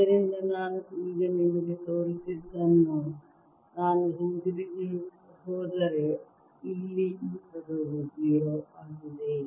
ಆದ್ದರಿಂದ ನಾನು ಈಗ ನಿಮಗೆ ತೋರಿಸಿದ್ದನ್ನು ಸಮಯ ನೋಡಿ 2011 ನಾನು ಹಿಂತಿರುಗಿ ಹೋದರೆ ಇಲ್ಲಿ ಈ ಪದವು 0 ಆಗಿದೆ